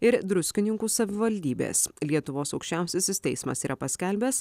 ir druskininkų savivaldybės lietuvos aukščiausiasis teismas yra paskelbęs